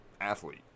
athlete